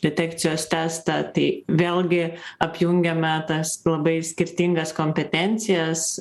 detekcijos testą tai vėlgi apjungiame tas labai skirtingas kompetencijas